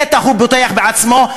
הוא בטח בוטח בעצמו,